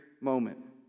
moment